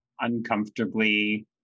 uncomfortably